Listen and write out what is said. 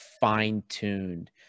fine-tuned